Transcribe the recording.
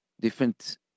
different